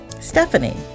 Stephanie